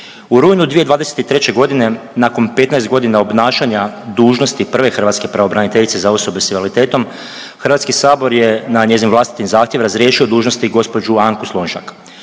U rujnu 2023. g. nakon 15 godina obnašanja dužnosti prve hrvatske pravobraniteljice za osobe s invaliditetom, HS je na njezin vlastiti zahtjev razriješio dužnosti, gđu Anku Slonjšak.